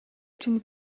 чинь